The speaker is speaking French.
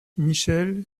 michel